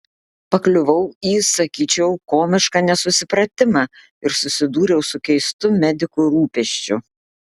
pakliuvau į sakyčiau komišką nesusipratimą ir susidūriau su keistu medikų rūpesčiu